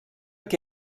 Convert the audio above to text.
que